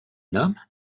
homme